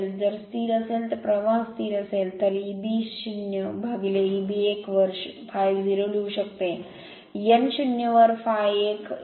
जर स्थिर असेल तर प्रवाह स्थिर असेल तर Eb 0 Eb 1 वर ∅0 लिहू शकते एन 0 वर ∅1 एन